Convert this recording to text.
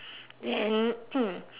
then